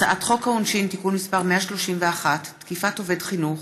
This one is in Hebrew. הצעת חוק העונשין (תיקון מס' 131) (תקיפת עובד חינוך),